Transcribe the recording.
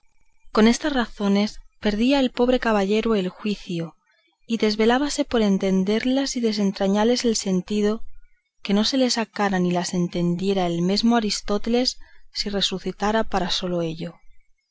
con estas razones perdía el pobre caballero el juicio y desvelábase por entenderlas y desentrañarles el sentido que no se lo sacara ni las entendiera el mesmo aristóteles si resucitara para sólo ello